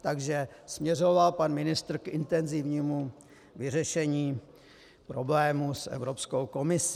Takže směřoval pan ministr k intenzivnímu vyřešení problémů s Evropskou komisí.